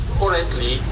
currently